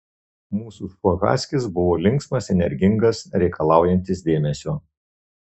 mūsų šuo haskis buvo linksmas energingas reikalaujantis dėmesio